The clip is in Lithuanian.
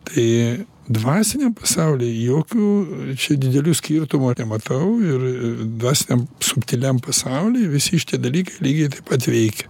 tai dvasiniam pasauly jokių čia didelių skirtumų nematau ir dvasiniam subtiliam pasauly visi šitie dalykai lygiai taip pat veikia